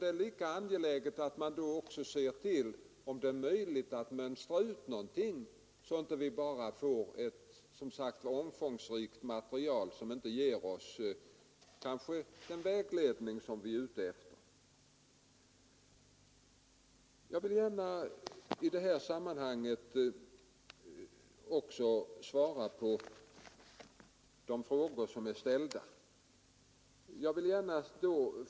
Men lika angeläget tror jag det är att se efter om vi inte kan mönstra ut någonting, så att vi inte bara får ett till omfånget stort material som kanske inte ger den vägledning man är ute efter. Sedan skall jag också försöka svara på de frågor som ställts till mig.